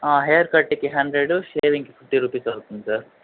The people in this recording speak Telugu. హెయిర్ కట్కి హండ్రెడు షేవింగ్కి ఫిఫ్టీ రూపీస్ అవుతుంది సార్